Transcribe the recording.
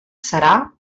serà